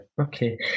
Okay